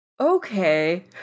Okay